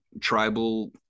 tribal